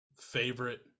favorite